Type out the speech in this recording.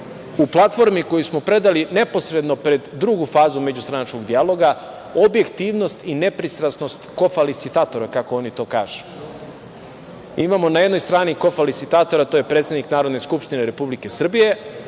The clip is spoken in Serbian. u platformi koju smo predali neposredno pred drugu fazu međustranačkog dijaloga, objektivnost i nepristrasnost „kofalisitatora“, kako oni to kažu. Imamo na jednoj strani „kofalisitatora“, to je predsednik Narodne skupštine Republike Srbije.